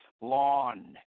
Lawn